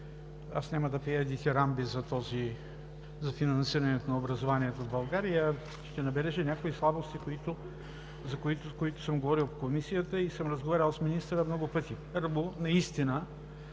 Аз няма да пея дитирамби за финансирането на образованието в България, а ще набележа някои слабости, за които съм говорил в Комисията и съм разговарял с министъра много пъти.